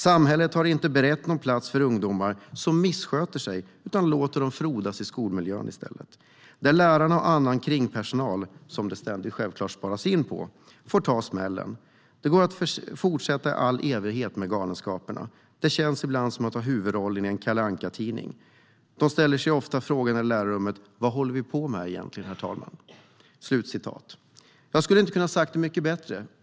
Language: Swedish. Samhället har inte berett någon plats för ungdomar som missköter sig och låter dem frodas i skolmiljön istället. Där lärarna och annan kringpersonal får ta smällen. Det går att fortsätta i all evighet med galenskaper - det känns ibland som att ha huvudrollen i en Kalle Anka-tidning. Vi ställer oss i lärarrummet ofta frågan: 'Vad håller vi på med egentligen'?" Jag skulle inte ha kunnat säga det mycket bättre.